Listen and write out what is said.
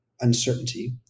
uncertainty